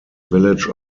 village